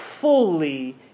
fully